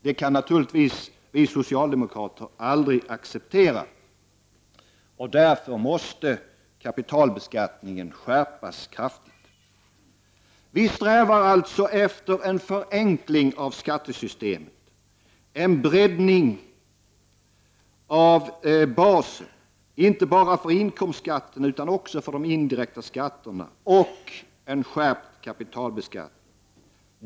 Det kan naturligtvis vi socialdemokrater aldrig acceptera. Därför måste kapitalbeskattningen skärpas kraftigt. Vi strävar alltså efter en förenkling av skattesystemet, en breddning av basen, inte bara för inkomstskatten utan också för de indirekta skatterna, och en skärpt kapitalbeskattning.